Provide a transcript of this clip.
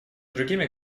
другими